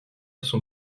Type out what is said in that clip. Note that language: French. son